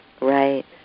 Right